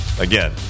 again